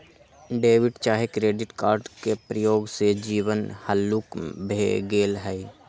debit चाहे credit card के प्रयोग से जीवन हल्लुक भें गेल हइ